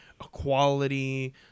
equality